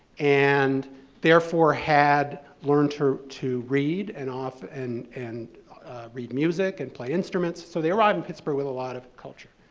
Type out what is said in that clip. and therefore had learned to to read and and and read music and play instruments. so they arrived in pittsburgh with a lot of culture.